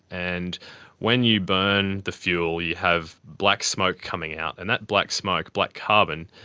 and when you burn the fuel you have black smoke coming out. and that black smoke, black carbon,